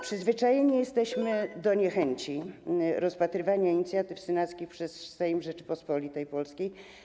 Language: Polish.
Przyzwyczajeni jesteśmy do niechęci do rozpatrywania inicjatyw senackich przez Sejm Rzeczypospolitej Polskiej.